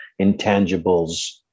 intangibles